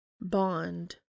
bond